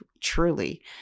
truly